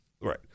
Right